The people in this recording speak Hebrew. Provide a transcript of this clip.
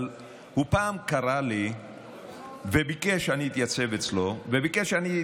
אבל הוא פעם קרא לי וביקש שאני אתייצב אצלו בבוקר,